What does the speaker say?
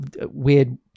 weird